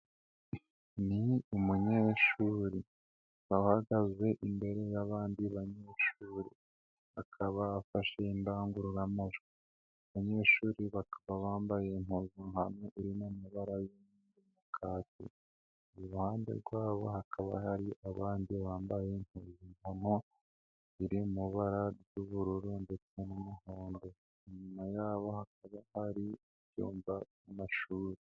Ni umunyeshuri wahagaze imbere y'abandi banyeshuri, akaba afashe indangururamajwi, abanyeshuri bakaba bambaye impuzankano irimo amabara ya kaki, iruhande rwabo hakaba hari abandi bambaye ibikomo biri mubara ry'ubururu ndetse n'umuhondo, inyuma yaho hakaba hari ibyumba by'amashuri.